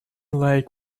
lake